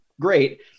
great